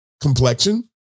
complexion